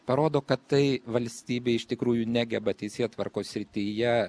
parodo kad tai valstybė iš tikrųjų negeba teisėtvarkos srityje